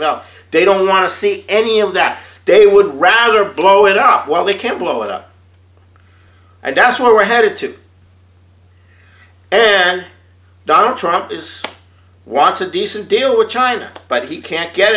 developed they don't want to see any of that they would rather blow it out while they can blow it up and that's where we're headed to donald trump is wants a decent deal with china but he can't get